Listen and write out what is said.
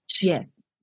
Yes